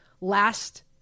last